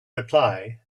reply